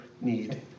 need